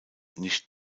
nicht